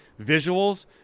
visuals